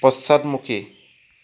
পশ্চাদমুখী